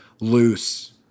loose